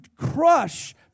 crush